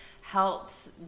helps